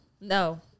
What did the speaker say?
no